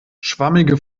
schwammige